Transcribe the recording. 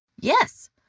Yes